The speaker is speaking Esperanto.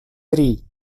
tri